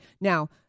Now